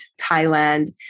Thailand